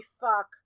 fuck